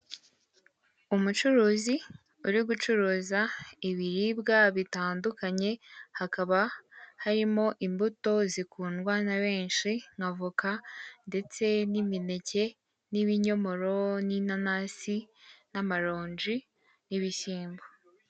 Umucuruzi uri gucuruza ibiribwa bitandukanye hakaba harimo imbuto zikundwa na benshi nka avoka ndetse n'imineke n'ibinyomoro n'inanasi n'amaronji n'ibishyimbo.